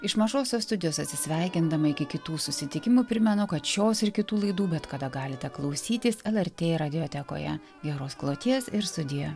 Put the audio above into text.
iš mažosios studijos atsisveikindama iki kitų susitikimų primenu kad šios ir kitų laidų bet kada galite klausytis lrt radiotekoje geros kloties ir sudie